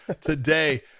today